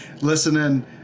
listening